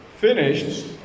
Finished